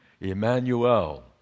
Emmanuel